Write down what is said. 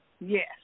Yes